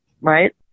Right